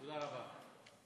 תודה רבה.